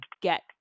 get